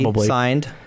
signed